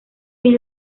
fin